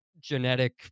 genetic